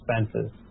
expenses